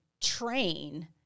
train